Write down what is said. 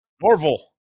norville